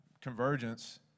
Convergence